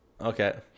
Okay